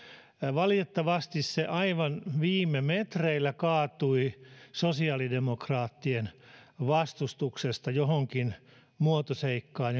valitettavasti se aivan viime metreillä kaatui sosiaalidemokraattien vastustuksesta johonkin muotoseikkaan